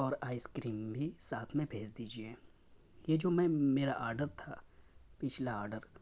اور ice cream بھی ساتھ میں بھیج دیجیئے یہ جو میں میرا آرڈر تھا پچھلا آرڈر